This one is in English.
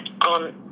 on